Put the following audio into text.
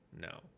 No